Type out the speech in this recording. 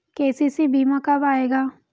KCC बीमा कब आएगा?